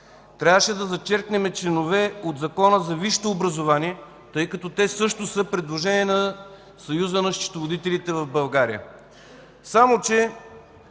Трябваше да зачеркнем членове от Закона за висшето образование, тъй като те също са предложения на Съюза на счетоводителите в България.